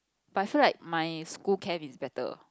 but I feel like my school camp is better